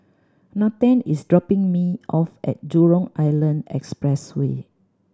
Nathen is dropping me off at Jurong Island Expressway